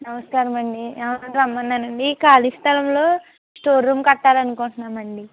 నమస్కారం అండి రమ్మనానండి ఈ ఖాళి స్థలంలో స్టోర్ రూమ్ కట్టాలనుకుంటున్నాం అండి